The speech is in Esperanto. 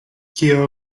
kio